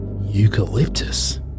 eucalyptus